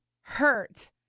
hurt